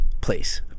place